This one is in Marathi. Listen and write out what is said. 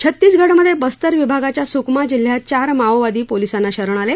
छत्तीसगडमधे बस्तर विभागाच्या सुकमा जिल्ह्यात चार माओवादी पोलिसांना शरण आले